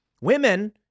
Women